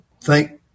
Thank